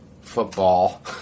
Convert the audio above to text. football